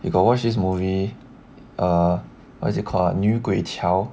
you got watch this movie err what is it called uh 女鬼桥